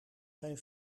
zijn